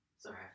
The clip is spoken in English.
Sorry